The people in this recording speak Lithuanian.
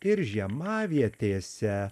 ir žiemavietėse